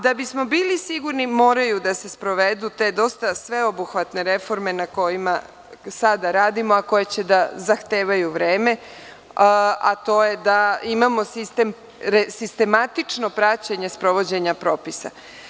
Da bismo bili sigurni moraju da se sprovedu te dosta sveobuhvatne reforme na kojima sada radimo, a koje zahtevaju vreme, a to je da imamo sistematično praćenje sprovođenja propisa.